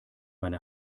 meine